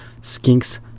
Skinks